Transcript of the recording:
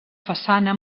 façana